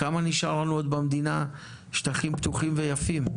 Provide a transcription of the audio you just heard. כמה שטחים פתוחים ויפים עוד נשארו לנו במדינה?